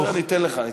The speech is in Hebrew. אני אתן לך.